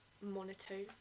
monotone